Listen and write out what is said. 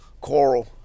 coral